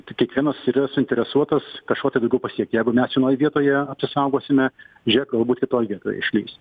t kiekvienas yra suinteresuotas kažko tai daugiau pasiekt jeigu mes vienoj vietoje apsisaugosime žėk galbūt kitoj vietoj išlįs